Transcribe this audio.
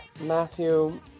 Matthew